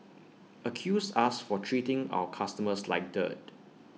accused us for treating our customers like dirt